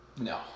No